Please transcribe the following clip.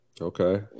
Okay